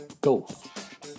Golf